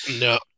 No